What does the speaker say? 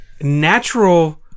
natural